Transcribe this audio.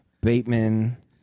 Bateman